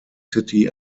city